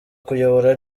kuyobora